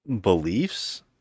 beliefs